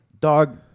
Dog